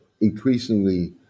increasingly